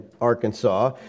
Arkansas